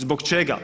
Zbog čega?